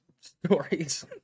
stories